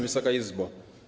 Wysoka Izbo!